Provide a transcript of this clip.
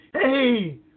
hey